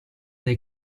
dei